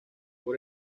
por